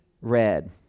red